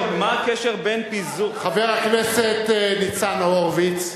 חבר הכנסת ניצן הורוביץ,